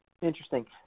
Interesting